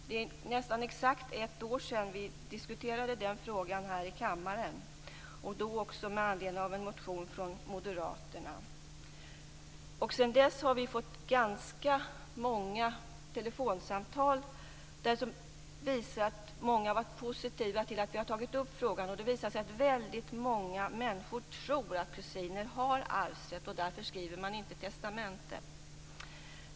Det är nästan exakt ett år sedan vi diskuterade den frågan här i kammaren, även då med anledning av en motion från Moderaterna. Sedan dess har vi fått ganska många telefonsamtal som visat att många har varit positiva till att vi har tagit upp frågan. Det har visat sig att väldigt många människor tror att kusiner har arvsrätt, och därför skriver man inte testamente.